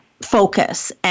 focus